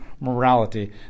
morality